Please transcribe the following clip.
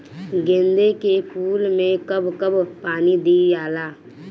गेंदे के फूल मे कब कब पानी दियाला?